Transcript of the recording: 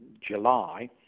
july